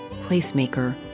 placemaker